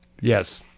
Yes